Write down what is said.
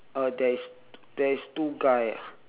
uh there is there is two guy ah